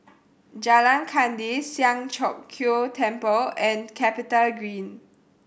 Jalan Kandis Siang Cho Keong Temple and CapitaGreen